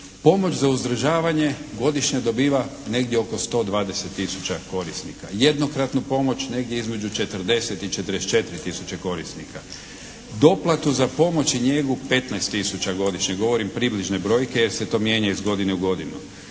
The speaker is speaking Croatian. pomoć za uzdržavanje godišnje dobiva negdje oko 120 tisuća korisnika. Jednokratnu pomoć negdje između 40 i 44 tisuće korisnika. Doplatu za pomoć i njegu 15 tisuća godišnje. Govorim približne brojke jer se to mijenja iz godine u godinu.